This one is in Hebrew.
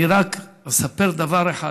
אני רק אספר דבר אחד: